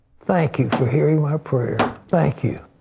thank you for hearing my prayer. thank you.